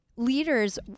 leaders